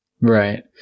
Right